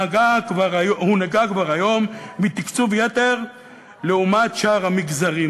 הנהנה כבר היום מתקצוב-יתר לעומת שאר המגזרים,